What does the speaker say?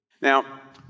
Now